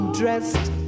dressed